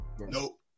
Nope